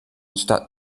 statt